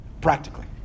practically